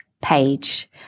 page